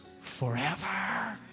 forever